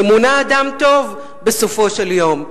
שמונה אדם טוב בסופו של יום.